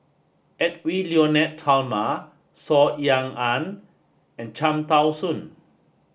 Edwy Lyonet Talma Saw Ean Ang and Cham Tao Soon